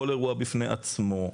כל אירוע בפני עצמו,